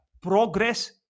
progress